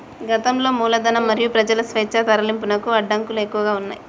గతంలో మూలధనం మరియు ప్రజల స్వేచ్ఛా తరలింపునకు అడ్డంకులు ఎక్కువగా ఉన్నయ్